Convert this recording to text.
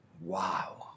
Wow